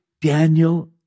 Daniel